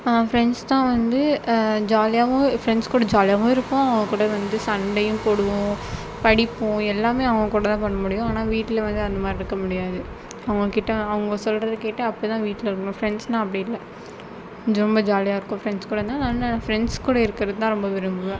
என் friends தான் வந்து ஜாலியாகவும் ஃப்ரெண்ட்ஸ் கூட ஜாலியாகவும் இருக்கும் அவங்க கூட வந்து சண்டையும் போடுவோம் படிப்போம் எல்லாமே அவங்க கூடதான் பண்ண முடியும் ஆனால் வீட்டில் வந்து அந்த மாதிரி இருக்க முடியாது அவங்க கிட்ட அவங்க சொல்றதை கேட்டு அப்படிதா வீட்டில் இருக்க முடியும் ஃப்ரெண்ட்ஸ்னால் அப்படி இல்லை ரொம்ப ஜாலியாக இருக்கும் ஃப்ரெண்ட்ஸ் கூட இருந்த ஃப்ரெண்ட்ஸ் கூட இருக்கிறதான் ரொம்ப விரும்புவேன்